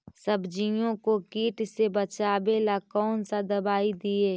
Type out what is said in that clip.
सब्जियों को किट से बचाबेला कौन सा दबाई दीए?